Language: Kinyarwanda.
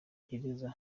gereza